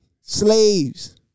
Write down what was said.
slaves